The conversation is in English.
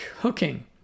cooking